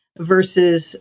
versus